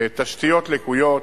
תשתיות לקויות,